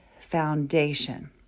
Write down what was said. foundation